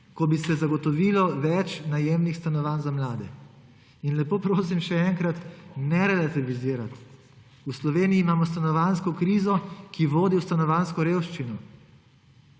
ko bi se zagotovilo več najemnih stanovanj za mlade. In lepo prosim še enkrat, ne relativizirati. V Sloveniji imamo stanovanjsko krizo, ki vodi v stanovanjsko revščino.